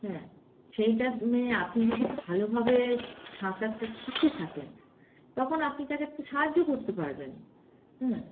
হ্যাঁ সেইটার মেয়ে আপনি যদি ভালোভাবে সাঁতারটা শিখে থাকেন তখন আপনি তাকেটো সাহায্য করতে পারবেন হ্যাঁ